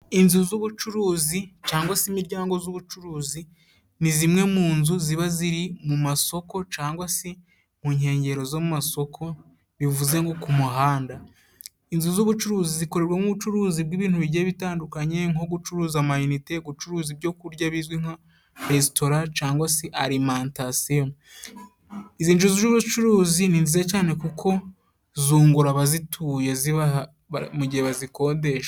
Inzu z'ubucuruzi cangwa si imiryango z'ubucuruzi ni zimwe mu nzu ziba ziri mu masoko cangwa si mu nkengero z'amasoko bivuze nko ku muhanda inzu z'ubucuruzi zikorwamo ubucuruzi bw'ibintu bigiye bitandukanye nko gucuruza amayinite, gucuruza ibyo kurya bizwi nka resitora cangwa si alimantasiyo. Izi nzu z'ubucuruzi ni nziza cyane kuko zungura abazituye mu gihe bazikodesha.